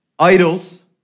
Idols